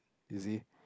is he